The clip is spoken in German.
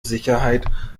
sicherheit